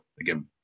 again